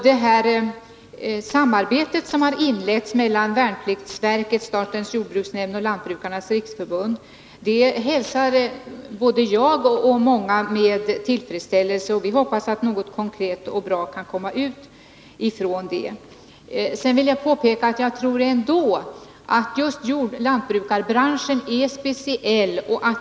Det samarbete som har inletts mellan värnpliktsverket, statens jordbruksnämnd och Lantbrukarnas riksförbund hälsar både jag och många andra med tillfredsställelse, och vi hoppas att något konkret och bra kan komma ut av det. Jag tror att just lantbrukarbranschen är speciell.